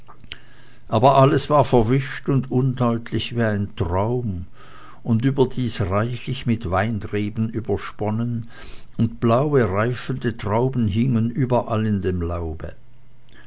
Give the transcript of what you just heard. aber alles war verwischt und undeutlich wie ein traum und überdies reichlich mit weinreben übersponnen und blaue reifende trauben hingen überall in dem laube